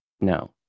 No